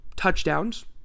Touchdowns